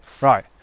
Right